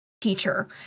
teacher